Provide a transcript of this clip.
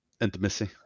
intimacy